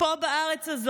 פה בארץ הזאת.